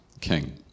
king